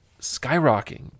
skyrocketing